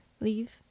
Leave